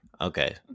Okay